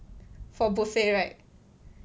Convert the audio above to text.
for buffet right